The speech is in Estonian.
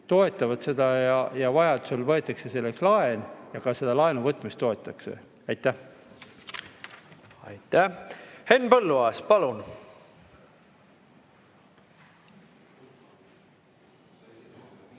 toetavad seda ja vajadusel võetakse selleks laen ja ka selle laenu võtmist toetatakse. Aitäh! Aitäh! Henn Põlluaas, palun!